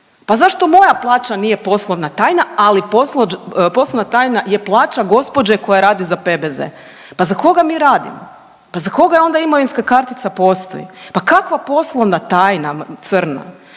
Pa zašto moja plaća nije poslovna tajna, ali poslovna tajna je plaća gospođe koja radi za PBZ. Pa za koga mi radimo? Pa za koga onda imovinska kartica postoji? Pa kakva poslovna tajna crna?